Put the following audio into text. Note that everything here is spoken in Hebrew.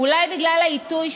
אולי בגלל העיתוי,